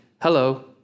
hello